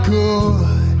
good